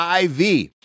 IV